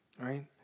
right